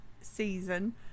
season